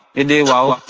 in a while,